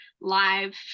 live